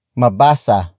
mabasa